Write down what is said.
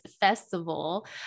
festival